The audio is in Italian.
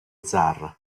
zar